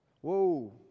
whoa